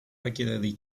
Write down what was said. regularly